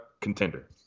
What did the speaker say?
contender